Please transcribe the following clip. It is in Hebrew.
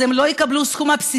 אז הם לא יקבלו את הסכום הבסיסי,